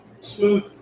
smooth